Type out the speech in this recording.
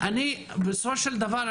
בסופו של דבר,